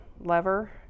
lever